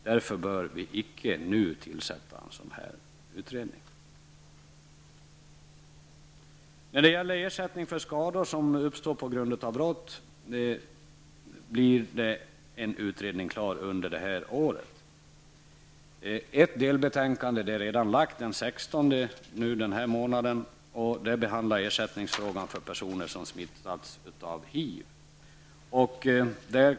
Därför bör vi inte nu tillsätta en sådan utredning. I frågan om ersättning för skador som uppstår på grund av brott blir en utredning klar under året. Ett delbetänkande har lagts fram den 16 april i år, och det behandlar ersättningsfrågan för personer som smittats av HIV.